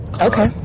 Okay